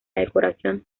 decoración